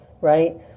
Right